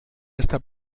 esta